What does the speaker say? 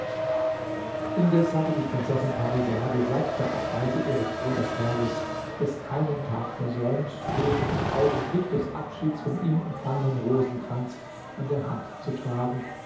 indes hatte die prinzessin parisade seit der abreise ihres bruders perwis es keinen tag versäumt den im augenblick des abschieds von ihm empfangenen rosenkranz an der hand zu tragen